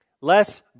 Less